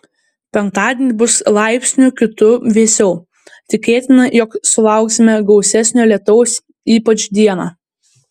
penktadienį bus laipsniu kitu vėsiau tikėtina jog sulauksime gausesnio lietaus ypač dieną